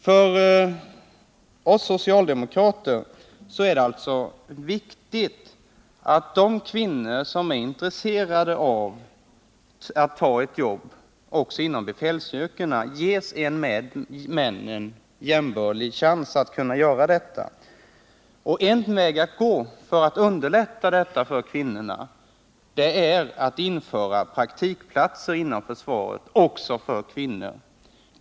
För oss socialdemokrater är det alltså viktigt att de kvinnor som är intresserade av att ta ett jobb inom befälsyrkena ges en med männen jämbördig chans att göra det. En väg att gå för att underlätta detta för kvinnorna är att införa praktikplatser inom försvaret, också för kvinnor.